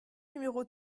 numéro